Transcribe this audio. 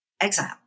exile